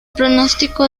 pronóstico